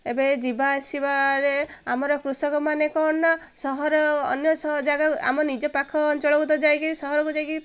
ଏବେ ଯିବା ଆସିବାରେ ଆମର କୃଷକ ମାନେ କ'ଣ ନା ସହର ଅନ୍ୟ ଜାଗା ଆମ ନିଜ ପାଖ ଅଞ୍ଚଳକୁ ତ ଯାଇକି ସହରକୁ ଯାଇକି